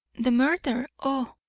the murder! oh,